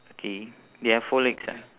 okay they have four legs ah